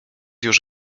już